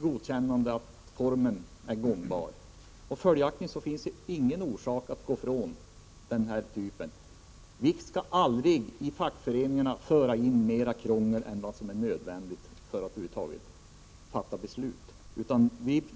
godkännande att formen är gångbar. Följaktligen finns det inte någon orsak att gå ifrån den här typen av försäkringar. Man skall aldrig föra in mera krångel i fackföreningarna än vad som är nödvändigt för att över huvud taget kunna fatta beslut.